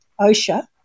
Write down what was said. OSHA